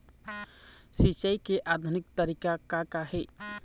सिचाई के आधुनिक तरीका का का हे?